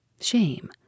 shame